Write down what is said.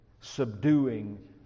subduing